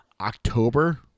October